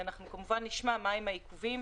אנחנו כמובן נשמע מה הם העיכובים,